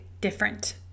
different